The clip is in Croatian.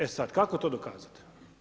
E sada kako to dokazati?